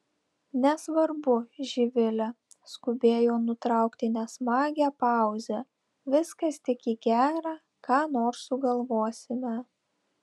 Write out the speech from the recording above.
nesvarbu živile skubėjo nutraukti nesmagią pauzę viskas tik į gera ką nors sugalvosime